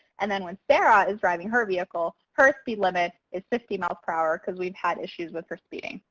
and then when sarah is driving her vehicle, her speed limit is fifty miles per hour because we've had issues with her speeding.